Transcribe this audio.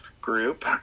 Group